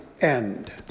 end